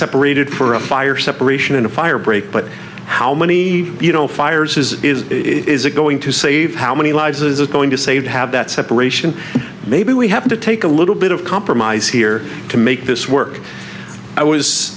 separated for a fire separation in a fire break but how many you know fires is is is it going to save how many lives is it going to save have that separation maybe we have to take a little bit of compromise here to make this work i was